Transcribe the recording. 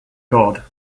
god